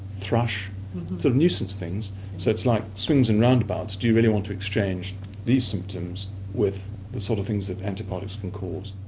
thrush, sort of nuisance things, so it's like swings and roundabouts do you really want to exchange these symptoms with the sort of things that antibiotics can cause?